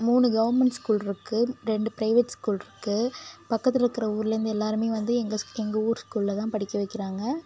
மூணு கவர்மெண்ட் ஸ்கூல்ருக்கு ரெண்டு பிரைவேட் ஸ்கூல்ருக்கு பக்கத்தில் இருக்கற ஊலர்லேருந்து எல்லோருமே வந்து எங்கள் எங்கள் ஊர் ஸ்கூலில் தான் படிக்க வைக்கிறாங்க